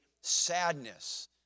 sadness